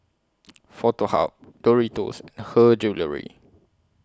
Foto Hub Doritos and Her Jewellery